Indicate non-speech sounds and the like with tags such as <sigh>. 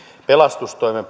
pelastustoimen <unintelligible>